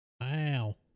Wow